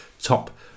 top